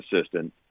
assistant